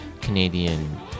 canadian